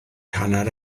hanner